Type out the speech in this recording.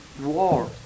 war